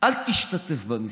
אל תשתתף במשחק.